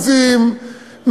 אחוזים,